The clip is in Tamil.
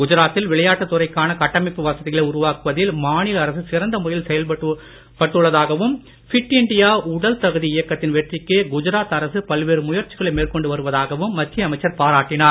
குஜராத்தில் விளையாட்டுத் துறைக்கான கட்டமைப்பு வசதிகளை உருவாக்குவதில் மாநில அரசு சிறந்த முறையில் செயல் பட்டுள்ளதாகவும் ஃபிட் இண்டியா உடல் தகுதி இயக்கத்தின் வெற்றிக்கு குஜராத் அரசு பல்வேறு முயற்சிகளை மேற்கொண்டு வருவதாகவும் மத்திய அமைச்சர் பாராட்டினார்